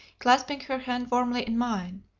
clasping her hand warmly in mine.